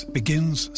begins